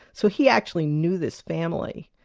so he actually knew this family.